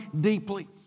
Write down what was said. deeply